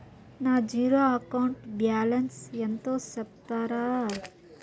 నా zero account balance ఎంతో సెప్తారా?